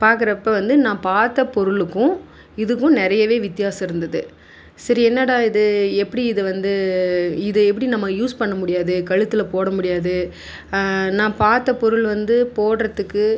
பார்க்குறப்ப வந்து நான் பார்த்த பொருளுக்கும் இதுக்கும் நிறையாவே வித்தியாசம் இருந்தது சரி என்னடா இது எப்படி இது வந்து இதை எப்படி நம்ம யூஸ் பண்ண முடியாது கழுத்தில் போட முடியாது நான் பார்த்த பொருள் வந்து போடுறதுக்கு